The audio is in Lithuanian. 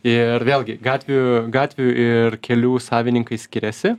ir vėlgi gatvių gatvių ir kelių savininkai skiriasi